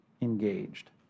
engaged